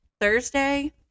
Thursday